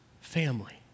family